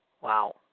Wow